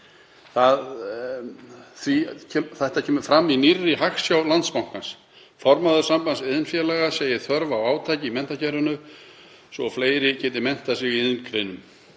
Þetta kemur fram í nýrri Hagsjá Landsbankans. Formaður Samiðnar, sambands iðnfélaga, segir þörf á átaki í menntakerfinu svo fleiri geti menntað sig í iðngreinum.